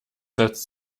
setzt